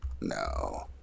No